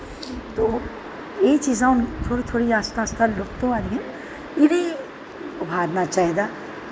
तो एह् चीज़ां हून थोह्ड़ियां थोह्ड़ियां आस्ता आस्ता लुप्त होआ करदियां न इ'नें गी उब्भारना चाहिदा